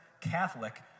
Catholic